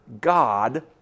God